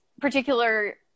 particular